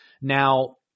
Now